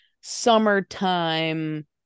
summertime